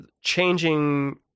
changing